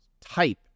type